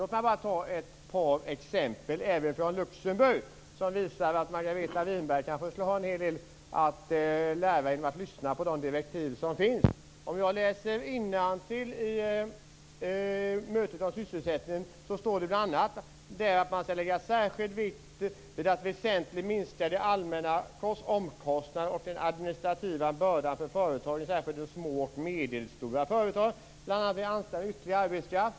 Låt mig bara ta ett par exempel även från Luxemburg, som visar att Margareta Winberg kanske skulle ha en hel del att lära genom att lyssna på de direktiv som finns. Vid mötet om sysselsättningen sades det bl.a. att man skall lägga särskild vikt vid att väsentligt minska allmänna omkostnader och den administrativa bördan för företagen, särskilt för små och medelstora företag, bl.a. vid anställning av ytterligare arbetskraft.